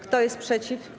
Kto jest przeciw?